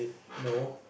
no